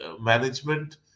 management